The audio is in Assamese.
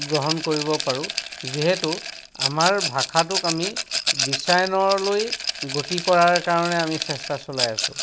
গ্ৰহণ কৰিব পাৰোঁ যিহেতু আমাৰ ভাষাটোক আমি বিশ্বায়নলৈ গতি কৰাৰ কাৰণে আমি চেষ্টা চলাই আছোঁ